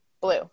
Blue